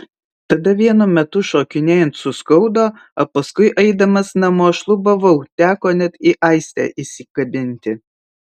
tada vienu metu šokinėjant suskaudo o paskui eidamas namo šlubavau teko net į aistę įsikabinti